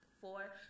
Four